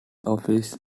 office